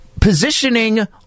positioning